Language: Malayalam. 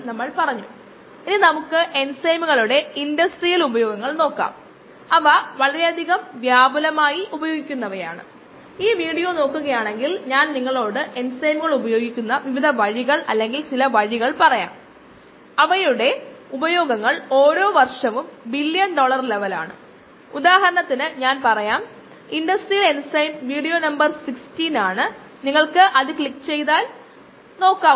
നമ്മൾ അത് ആ രീതിയിൽ പ്ലോട്ട് ചെയ്യുകയാണെങ്കിൽ നമുക്ക് ഇവിടെ നിന്ന് Km KI ഇന്റർസെപ്റ്റിൽ നിന്ന് K m എന്നിവ ലഭിക്കും